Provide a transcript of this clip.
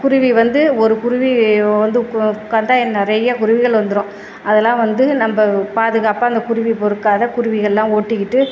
குருவி வந்து ஒரு குருவி வந்து உட்காந்தா நிறைய குருவிகள் வந்துரும் அதெல்லாம் வந்து நம்ம பாதுகாப்பாக அந்த குருவி பொறுக்காத குருவிகள்லாம் ஓட்டிக்கிட்டு